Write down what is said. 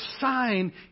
sign